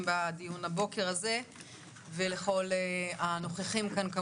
בדיון הבוקר הזה וכמובן לכל הנוכחים כאן.